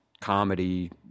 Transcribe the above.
comedy